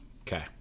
Okay